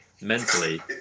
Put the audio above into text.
mentally